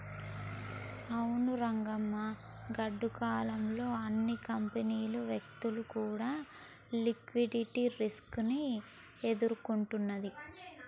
అవును రంగమ్మ గాడ్డు కాలం లో అన్ని కంపెనీలు వ్యక్తులు కూడా లిక్విడిటీ రిస్క్ ని ఎదుర్కొన్నది